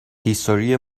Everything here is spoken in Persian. هیستوری